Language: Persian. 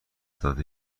داده